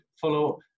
follow